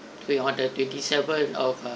we order twenty seven of err